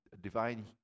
Divine